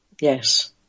Yes